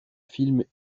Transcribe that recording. film